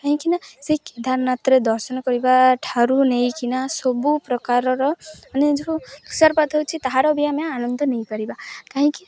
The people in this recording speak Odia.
କାହିଁକି ନା ସେ କେଦାରାନାଥରେ ଦର୍ଶନ କରିବା ଠାରୁ ନେଇକିନା ସବୁ ପ୍ରକାରର ମାନେ ଯେଉଁ ତୁସାରପାତ ହେଉଛି ତାହାର ବି ଆମେ ଆନନ୍ଦ ନେଇପାରିବା କାହିଁକି